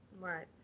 Right